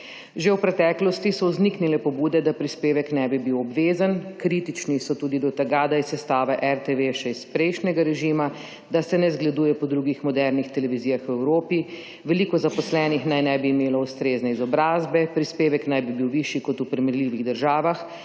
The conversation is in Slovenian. Že v preteklosti so vzniknile pobude, da prispevek ne bi bil obvezen. Kritični so tudi do tega, da je sestava RTV še iz prejšnjega režima, da se ne zgleduje po drugih modernih televizijah v Evropi, veliko zaposlenih naj ne bi imelo ustrezne izobrazbe, prispevek naj bi bil višji kot v primerljivih državah,